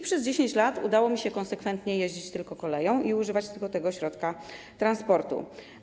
Przez 10 lat udawało mi się konsekwentnie jeździć tylko koleją, używać tylko tego środka transportu.